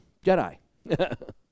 Jedi